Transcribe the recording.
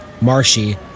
Marshy